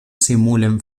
simulen